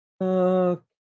okay